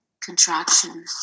contraction